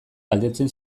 galdetzen